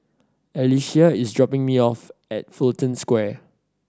Alyssia is dropping me off at Fullerton Square